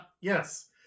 yes